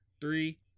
three